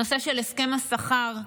הנושא של הסכם השכר,